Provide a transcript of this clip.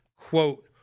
quote